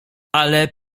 ale